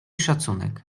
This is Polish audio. szacunek